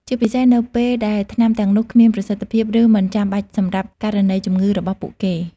ជាពិសេសនៅពេលដែលថ្នាំទាំងនោះគ្មានប្រសិទ្ធភាព ឬមិនចាំបាច់សម្រាប់ករណីជំងឺរបស់ពួកគេ។